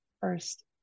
first